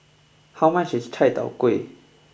how much is Chai Tow Kuay